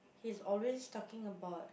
he's always talking about